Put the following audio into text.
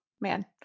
man